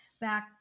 back